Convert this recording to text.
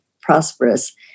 prosperous